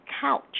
couch